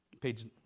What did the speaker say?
page